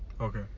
Okay